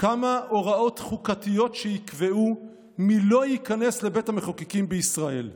כמה הוראות חוקתיות שיקבעו מי לא ייכנס לבית המחוקקים בישראל".